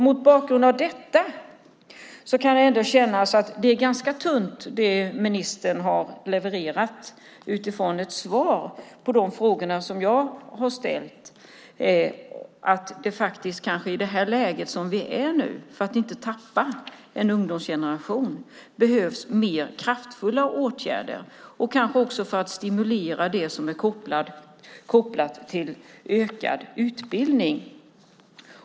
Mot bakgrund av detta och de frågor jag ställt känns det svar ministern levererat ganska tunt. Det behövs, med tanke på det läge vi befinner oss i och för att inte tappa bort en hel ungdomsgeneration, mer kraftfulla åtgärder, kanske också för att stimulera till ökad utbildning.